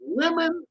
women